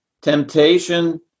temptation